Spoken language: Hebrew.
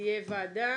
ותהיה ועדה,